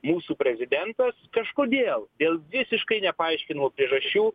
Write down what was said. mūsų prezidentas kažkodėl dėl visiškai nepaaiškinamų priežasčių